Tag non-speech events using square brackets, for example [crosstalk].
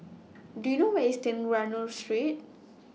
[noise] Do YOU know Where IS Trengganu Street